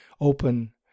open